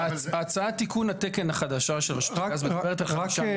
הצעת תיקון התקן החדשה של הגז מדברת על 5,